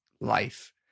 life